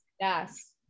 Yes